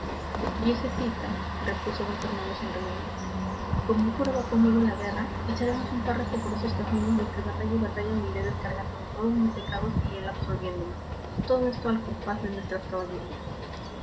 viejecita repuso d fernando sonriendo como el cura va conmigo a la guerra echaremos un párrafo por esos caminos y entre batalla y batalla me iré descargando de todos mis pecados y él absolviéndome todo esto al compás de nuestras caballerías